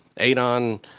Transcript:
Adon